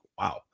wow